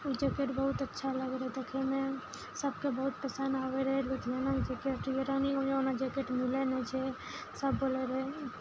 jacket बहुत अच्छा लगै रहै देखैमे सभके बहुत पसन्द आबै रहै लुधियाना जेकेट लुधियाना जेकेट मिलै नहि छै सभ बोलै रहै